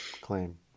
Claim